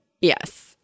yes